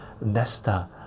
nesta